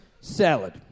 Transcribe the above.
Salad